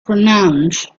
pronounce